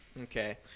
Okay